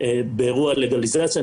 באירוע הלגליזציה,